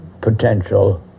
potential